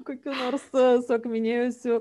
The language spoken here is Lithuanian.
kokių nors suakmenėjusių